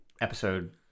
episode